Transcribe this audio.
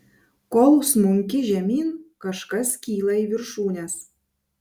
kol smunki žemyn kažkas kyla į viršūnes